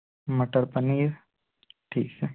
मटर पनीर ठीक है